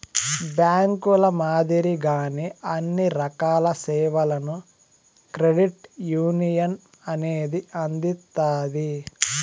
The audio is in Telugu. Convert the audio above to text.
బ్యాంకుల మాదిరిగానే అన్ని రకాల సేవలను క్రెడిట్ యునియన్ అనేది అందిత్తాది